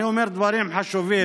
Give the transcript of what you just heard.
אני אומר דברים חשובים.